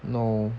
no